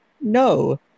No